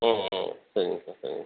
ம் ம் சரிங்க சார் சரிங்க